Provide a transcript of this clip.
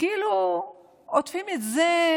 כאילו עוטפים את זה,